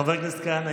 חבר הכנסת כהנא,